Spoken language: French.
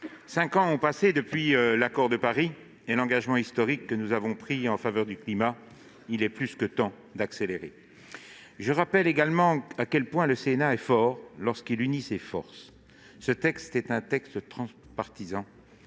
Cinq ans ont passé depuis l'Accord de Paris et l'engagement historique que nous avions pris en faveur du climat : il est plus que temps d'accélérer ! Je rappelle à quel point le Sénat est fort lorsqu'il unit ses forces. Ce texte est un texte transpartisan